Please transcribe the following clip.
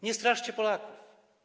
Nie straszcie Polaków.